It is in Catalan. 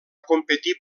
competir